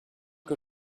que